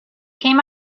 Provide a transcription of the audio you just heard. came